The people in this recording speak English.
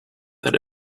that